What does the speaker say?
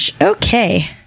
Okay